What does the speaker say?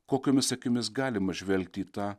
kokiomis akimis galima žvelgti į tą